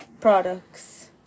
products